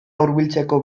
hurbiltzeko